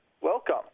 welcome